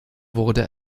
wurde